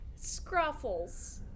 Scruffles